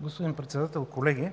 Господин Председател, колеги!